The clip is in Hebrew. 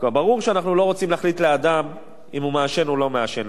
ברור שאנחנו לא רוצים להחליט לאדם אם הוא מעשן או לא מעשן,